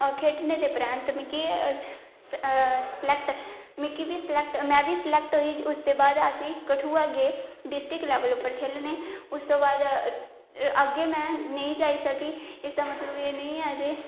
खेढने दे परैंत्त मिकी स्लेक्ट मिकी बी स्लेक्ट में बी स्लेक्ट होई उसदे बाद असेंगी कठुआ गे डिस्ट्रिक्ट लेवल उपर खेलने उस तू बाद अग्गें में नेईं जाई सकी इसदा मतलब एह् नेईं ऐ जे